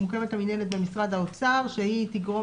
מוקמת המינהלת במשרד האוצר שהיא תגרום